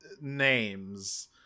names